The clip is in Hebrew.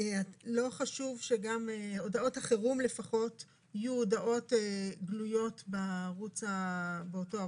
לא חשוב שהודעות החירום לפחות יהיו הודעות גלויות באותו ערוץ,